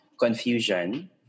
confusion